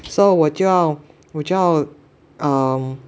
so 我就要我就要 um